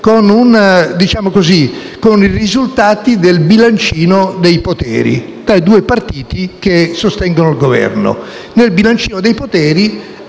con i risultati del bilancino dei poteri tra i due partiti che sostengono il Governo, e nel bilancino dei poteri